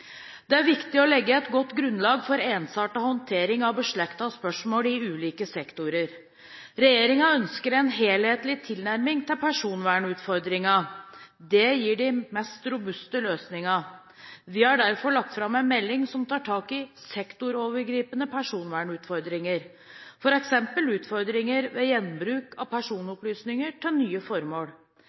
Det er viktig å legge et godt grunnlag for ensartet håndtering av beslektede spørsmål i ulike sektorer. Regjeringen ønsker en helhetlig tilnærming til personvernutfordringene. Det gir de mest robuste løsningene. Vi har derfor lagt fram en melding som tar tak i sektorovergripende personvernutfordringer, f.eks. utfordringer ved gjenbruk av personopplysninger til nye formål,